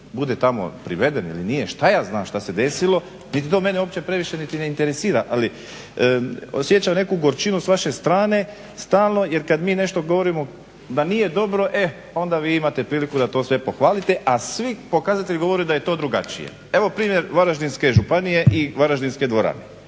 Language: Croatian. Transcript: bude tamo priveden ili nije, šta ja znam šta se desilo niti to mene previše ni ne interesira, ali osjećam neku gorčinu s vaše strane stalno jer kad mi nešto govorimo da nije dobro onda vi imate priliku da to sve pohvalite, a svi pokazatelji govore da je to drugačije. Evo primjer Varaždinske županije i varaždinske dvorane